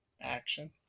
Action